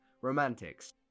Romantics